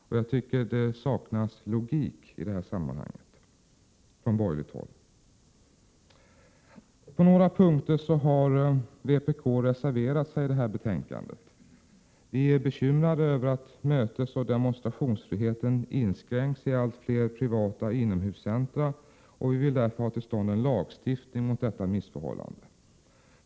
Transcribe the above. Det saknas logik från borgerligt håll i detta sammanhang. På några punkter har vpk avgivit reservationer som har fogats till detta betänkande. Vi är bekymrade över att mötesoch demonstrationsfriheten inskränks i allt fler privata inomhuscentra och vill därför ha till stånd en 89 lagstiftning mot detta missförhållande.